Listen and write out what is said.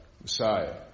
Messiah